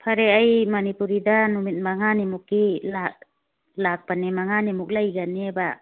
ꯐꯔꯦ ꯑꯩ ꯃꯅꯤꯄꯨꯔꯤꯗ ꯅꯨꯃꯤꯠ ꯃꯉꯥꯅꯤ ꯃꯨꯛꯀꯤ ꯂꯥꯛꯄꯅꯦ ꯃꯉꯥꯅꯤꯃꯨꯛ ꯂꯩꯒꯅꯦꯕ